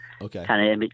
Okay